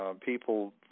people